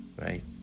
right